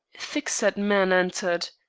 thick-set man entered.